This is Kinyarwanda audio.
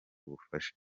ubufasha